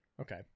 Okay